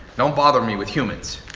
no one bother me with humans.